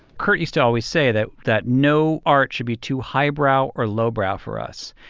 kurt used to always say that that no art should be too highbrow or lowbrow for us.